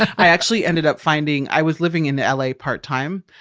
i actually ended up finding, i was living in the l a. part time.